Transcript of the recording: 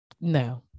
no